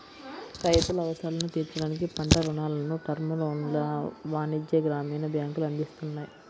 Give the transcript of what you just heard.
రైతుల అవసరాలను తీర్చడానికి పంట రుణాలను, టర్మ్ లోన్లను వాణిజ్య, గ్రామీణ బ్యాంకులు అందిస్తున్నాయి